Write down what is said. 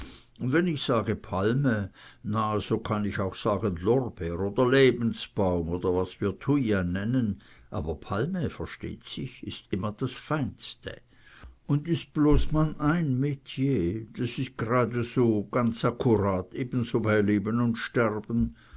und wenn ich sage palme na so kann ich auch sagen lorbeer oder lebensbaum oder was wir thuja nennen aber palme versteht sich is immer das feinste un is bloß man ein metier das is jrade so janz akkurat ebenso bei leben und sterben